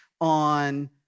on